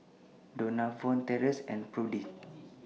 Donavon Tracee and Prudie